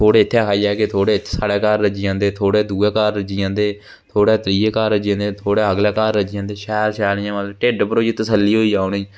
थोह्ड़े इत्थै खाई जागे थोह्ड़े दूए घर रज्जी आंदे थोह्ड़े त्रीए घर रज्जी आंदे थोह्ड़ा अगले घर रज्जी आंदे ते शैल शैल ढिड्ड भरोइया तसस्ली होइया उ'नेंगी